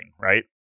right